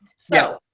so,